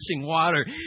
water